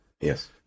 Yes